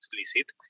explicit